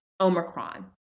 Omicron